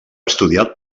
estudiat